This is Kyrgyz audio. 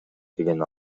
деген